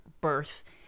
birth